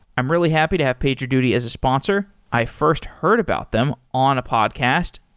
i'm really happy to have pagerduty as a sponsor. i first heard about them on a podcast,